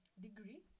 degree